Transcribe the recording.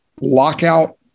lockout